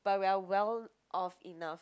but we are well of enough